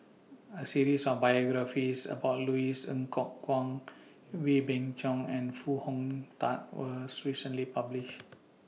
A series of biographies about Louis Ng Kok Kwang Wee Beng Chong and Foo Hong Tatt was recently published